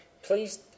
Please